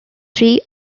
three